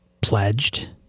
pledged